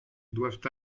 doivent